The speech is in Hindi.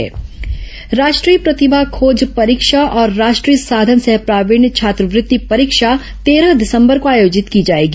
प्रतिमा खोज परीक्षा राष्ट्रीय प्रतिभा खोज परीक्षा और राष्ट्रीय साधन सह प्रावीण्य छात्रवृत्ति परीक्षा तेरह दिसंबर को आयोजित की जाएगी